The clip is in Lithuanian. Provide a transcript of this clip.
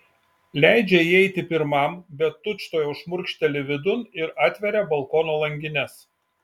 leidžia įeiti pirmam bet tučtuojau šmurkšteli vidun ir atveria balkono langines